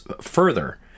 further